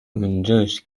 اونجاش